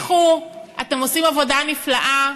תמשיכו, אתם עושים עבודה נפלאה,